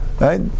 right